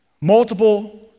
Multiple